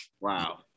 Wow